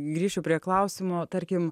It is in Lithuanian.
grįšiu prie klausimo tarkim